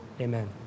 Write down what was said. amen